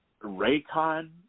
Raycon